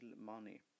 money